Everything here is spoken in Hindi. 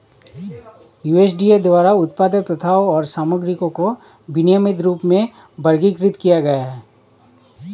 यू.एस.डी.ए द्वारा उत्पादन प्रथाओं और सामग्रियों को विनियमित रूप में वर्गीकृत किया गया है